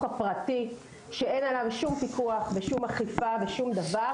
הפרטי שאין עליו שום פיקוח ושום אכיפה ושום דבר,